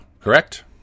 correct